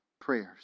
prayers